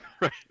Right